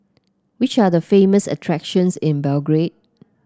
which are the famous attractions in Belgrade